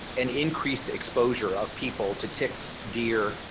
and increased exposure of people to ticks, deer,